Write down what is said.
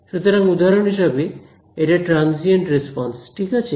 সুতরাং উদাহরণ হিসেবে এটা ট্রানজিয়েন্ট রেসপন্স ঠিক আছে